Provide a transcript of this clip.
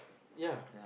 ya